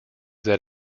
that